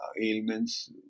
ailments